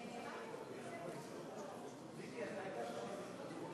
תיקח את החוק הנכון.